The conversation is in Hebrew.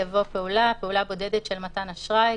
יבוא: ""פעולה"- פעולה בודדת של מתן אשראי,